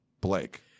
Blake